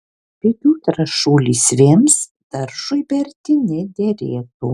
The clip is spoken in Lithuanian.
pigių trąšų lysvėms daržui berti nederėtų